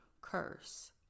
curse